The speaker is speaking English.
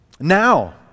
Now